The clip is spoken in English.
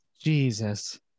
Jesus